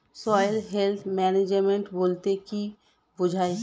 Soil health management বলতে কি বুঝায়?